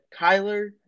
Kyler